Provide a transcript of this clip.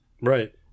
Right